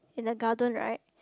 in the garden right